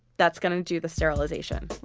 that's going to do the sterilization